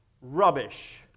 rubbish